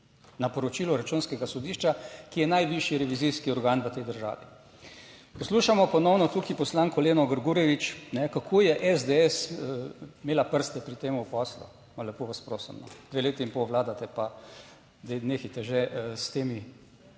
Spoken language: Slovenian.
Na poročilu Računskega sodišča, ki je najvišji revizijski organ v tej državi. Poslušamo ponovno tukaj poslanko Leno Grgurevič, kako je SDS imela prste pri tem poslu. Pa lepo vas prosim, no. Dve leti in pol vladate, pa daj nehajte že s temi,